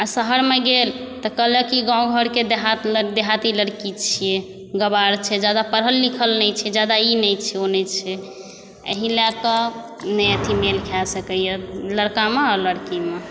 आ शहरमे गेल तऽ कहलक कि गाम घरके देहात देहाती लड़की छियै गँवार छै ज्यादा पढ़ल लिखल नहि छै ज्यादा ई नहि छै ओ नहि छै एहि लऽ कऽ नहि अथी मेल खा सकैए लड़कामे आ लड़कीमे